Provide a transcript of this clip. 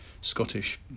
Scottish